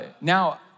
now